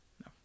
No